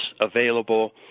available